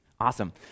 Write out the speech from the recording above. Awesome